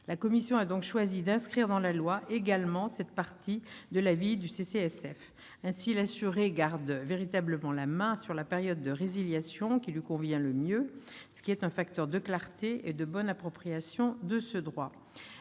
La commission a donc choisi d'inscrire également dans la proposition de loi cette partie de l'avis du CCSF. Ainsi, l'assuré garde véritablement la main sur la période de résiliation qui lui convient le mieux, ce qui est un facteur de clarté et de bonne appropriation du droit